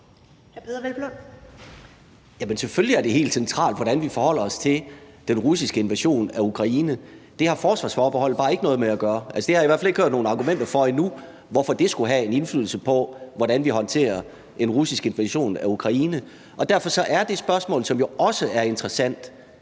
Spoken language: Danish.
selvfølgelig er det helt centralt, hvordan vi forholder os til den russiske invasion af Ukraine. Det har forsvarsforbeholdet bare ikke noget med at gøre. Jeg har i hvert fald endnu ikke hørt nogen argumenter for, hvorfor det skulle have en indflydelse på, hvordan vi håndterer den russiske invasion af Ukraine. Og derfor er et spørgsmål, som jo også er interessant: